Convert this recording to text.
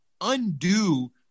undo